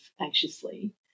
anxiously